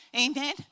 Amen